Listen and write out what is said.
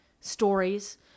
stories